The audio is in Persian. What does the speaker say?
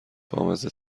بامزه